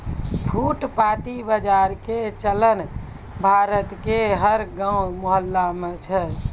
फुटपाती बाजार के चलन भारत के हर गांव मुहल्ला मॅ छै